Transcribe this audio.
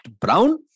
Brown